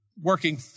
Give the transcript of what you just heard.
Working